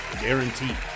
guaranteed